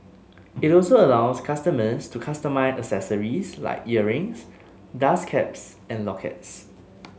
it also allows customers to customise accessories like earrings dust caps and lockets